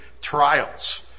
Trials